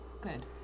good